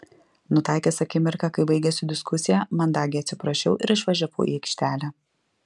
nutaikęs akimirką kai baigėsi diskusija mandagiai atsiprašiau ir išvažiavau į aikštelę